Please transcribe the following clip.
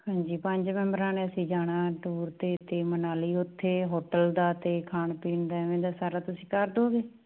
ਹਾਂਜੀ ਪੰਜ ਮੈਂਬਰਾਂ ਨੇ ਅਸੀਂ ਜਾਣਾ ਟੂਰ 'ਤੇ ਅਤੇ ਮਨਾਲੀ ਉੱਥੇ ਹੋਟਲ ਦਾ ਅਤੇ ਖਾਣ ਪੀਣ ਦਾ ਐਵੇਂ ਦਾ ਸਾਰਾ ਤੁਸੀਂ ਕਰ ਦੋਗੇ